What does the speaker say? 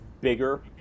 bigger